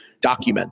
document